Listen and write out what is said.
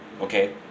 okay